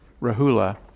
Rahula